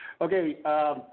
Okay